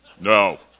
No